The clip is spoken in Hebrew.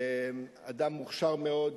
אדם מוכשר מאוד.